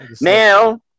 now